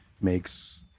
makes